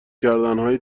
کردنهای